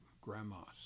grandma's